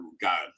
god